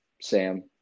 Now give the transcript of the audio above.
Sam